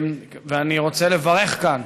ואני רוצה לברך כאן